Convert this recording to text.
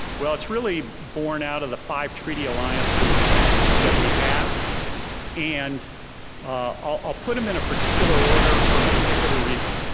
well it's really born out of the five treaty alliances that we have and i'll put them in a particular order for a particular reason,